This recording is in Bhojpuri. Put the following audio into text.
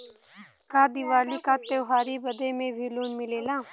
का दिवाली का त्योहारी बदे भी लोन मिलेला?